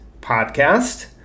podcast